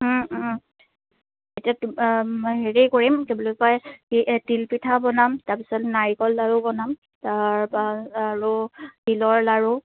এতিয়া হেৰি কৰিম কি বুলি কয় তিল পিঠা বনাম তাৰ পিছত নাৰিকল লাড়ু বনাম তাৰপৰা আৰু তিলৰ লাডু